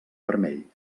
vermell